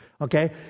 okay